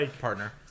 partner